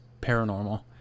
paranormal